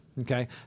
Okay